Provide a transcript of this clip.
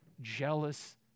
jealous